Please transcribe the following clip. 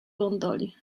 gondoli